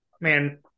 man –